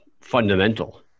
fundamental